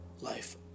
life